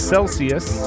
Celsius